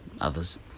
others